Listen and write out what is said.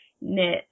knit